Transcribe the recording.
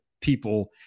people –